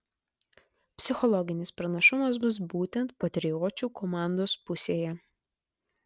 psichologinis pranašumas bus būtent patriočių komandos pusėje